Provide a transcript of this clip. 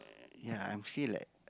ya I'm feel like